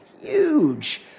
huge